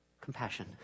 Compassion